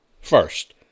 first